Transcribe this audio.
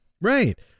right